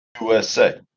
USA